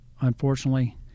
Unfortunately